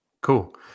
Cool